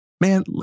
man